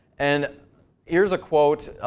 and here's a quote.